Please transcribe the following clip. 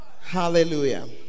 Hallelujah